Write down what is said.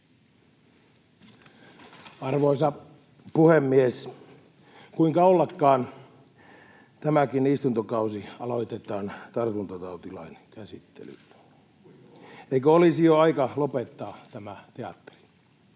Arvoisa puhemies! Kuinka ollakaan, tämäkin istuntokausi aloitetaan tartuntatautilain käsittelyllä. [Vasemmalta: Kuinka ollakaan!] Eikö olisi jo aika lopettaa tämä teatteri?